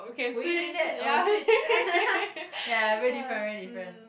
will you drink that oh sweet ya very different very different